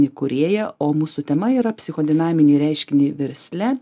įkūrėja o mūsų tema yra psichodinaminiai reiškiniai versle